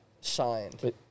signed